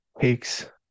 takes